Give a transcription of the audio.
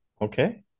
Okay